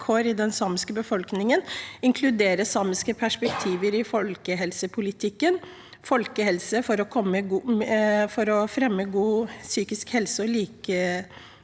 i den samiske befolkningen, inkludere samiske perspektiver i folkehelsepolitikken, folkehelse for å fremme god psykisk helse og